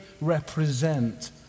represent